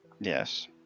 Yes